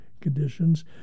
conditions